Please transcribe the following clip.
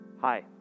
Hi